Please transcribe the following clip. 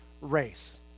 race